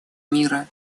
мира